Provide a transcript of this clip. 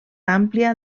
àmplia